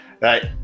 Right